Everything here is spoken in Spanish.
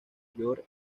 york